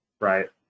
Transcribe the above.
right